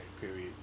period